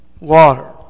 water